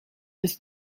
his